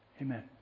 Amen